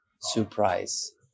surprise